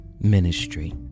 Ministry